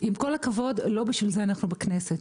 עם כל הכבוד לא בשביל זה אנחנו בכנסת,